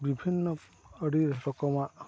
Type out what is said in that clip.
ᱵᱤᱵᱷᱤᱱᱱᱚ ᱟᱹᱰᱤ ᱨᱚᱠᱚᱢᱟᱜ